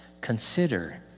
Consider